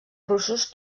russos